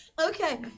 Okay